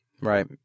Right